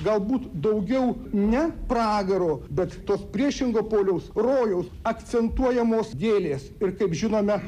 galbūt daugiau ne pragaro bet to priešingo poliaus rojaus akcentuojamos gėlės ir kaip žinome